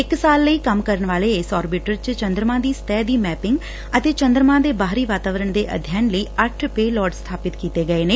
ਇਕ ਸਾਲ ਲਈ ਕੰਮ ਕਰਨ ਵਾਲੇ ਇਸ ਆਰਬਿਟਰ ਚ ਚੰਦਰਮਾ ਦੀ ਸਤਹਿ ਦੀ ਮੈਪੰਗ ਅਤੇ ਚੰਦਰਮਾ ਦੇ ਬਾਹਰੀ ਵਾਤਾਵਰਨ ਦੇ ਅਧਿਐਨ ਲਈ ਅੱਟ ਪੇਲੋਡ ਸਬਾਪਿਤ ਕੀਤੇ ਗਏ ਨੇ